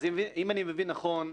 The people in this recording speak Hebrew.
אני מבין נכון,